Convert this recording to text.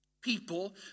people